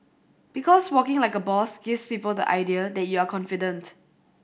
because walking like a boss gives people the idea that you are confident